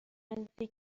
نزدیک